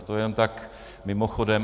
To jen tak mimochodem.